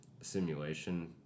simulation